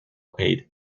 paid